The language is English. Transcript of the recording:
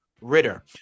Ritter